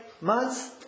months